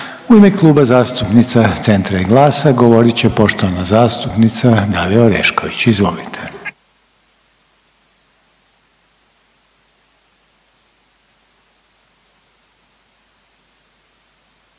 U ime Kluba zastupnica Centra i GLAS-a govorit će poštovana zastupnica Dalija Orešković.